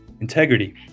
integrity